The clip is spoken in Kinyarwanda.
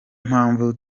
mpamvu